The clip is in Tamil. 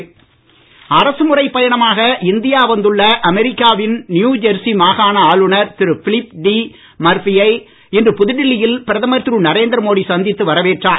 மோடி சந்திப்பு அரசு முறைப் பயணமாக இந்தியா வந்துள்ள அமெரிக்காவின் நியுஜெர்சி மாகாண ஆளுநர் திரு பிலிப் டி மர்ஃபியை இன்று புதுடெல்லியில் பிரதமர் திரு நரேந்திரமோடி சந்தித்து வரவேற்றார்